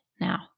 now